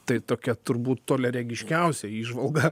tai tokia turbūt toliaregiškiausia įžvalga